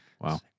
Wow